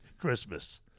Christmas